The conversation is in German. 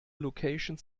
location